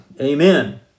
Amen